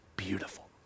beautiful